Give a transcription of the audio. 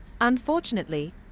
Unfortunately